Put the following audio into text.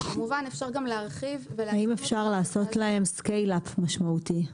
כמובן אפשר גם להרחיב --- האם אפשר לעשות להם סקייל-אפ משמעותי?